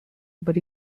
but